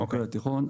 בוגרי תיכון.